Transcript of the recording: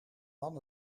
man